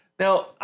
Now